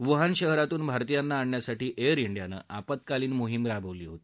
Wuhan शहरातून भारतीयांना आणण्यासाठी एअर डियानं आपत्कालीन मोहिम राबवली होती